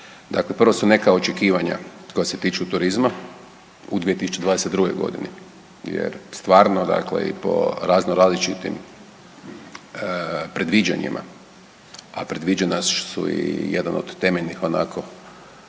Dakle, prvo su neka očekivanja koja se tiču turizma u 2022.g. jer stvarno dakle i po razno različitim predviđanjima, a predviđanja su i jedan od temeljnih onako